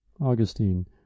augustine